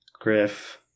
Griff